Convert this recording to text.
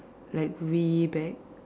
like way back